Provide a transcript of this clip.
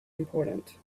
important